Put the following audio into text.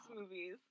movies